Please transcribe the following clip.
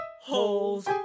holes